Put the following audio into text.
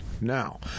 Now